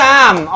Sam